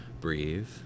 breathe